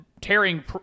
tearing